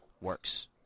works